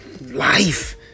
life